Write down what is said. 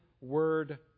word